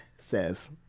says